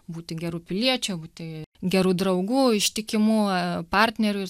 būti geru piliečiu būti geru draugu ištikimu partneriu ir